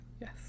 yes